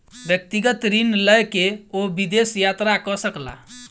व्यक्तिगत ऋण लय के ओ विदेश यात्रा कय सकला